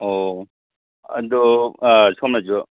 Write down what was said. ꯑꯣ ꯑꯗꯣ ꯁꯣꯝꯅꯁꯨ